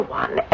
one